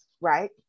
right